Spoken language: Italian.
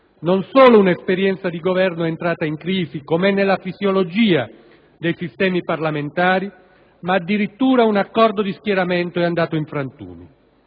non solo un'esperienza di Governo entrata in crisi, com'è nella fisiologia dei sistemi parlamentari, ma addirittura un accordo di schieramento è andato in frantumi.